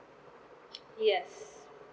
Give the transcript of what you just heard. yes